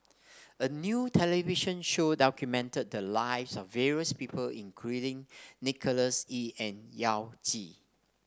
a new television show documented the lives of various people including Nicholas Ee and Yao Zi